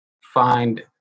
find